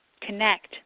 Connect